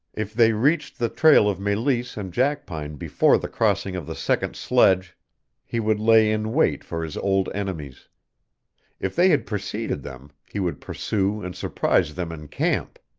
if they reached the trail of meleese and jackpine before the crossing of the second sledge he would lay in wait for his old enemies if they had preceded them he would pursue and surprise them in camp.